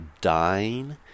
dying